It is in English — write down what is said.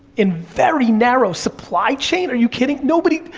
in very narrow, supply chain, are you kidding, nobody,